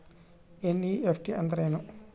NEFT ಅಂದ್ರೆನು?